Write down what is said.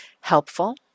helpful